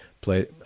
played